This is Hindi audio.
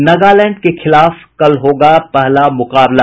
नगालैंड के खिलाफ कल होगा पहला मुकाबला